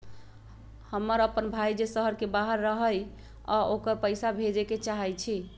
हमर अपन भाई जे शहर के बाहर रहई अ ओकरा पइसा भेजे के चाहई छी